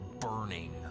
burning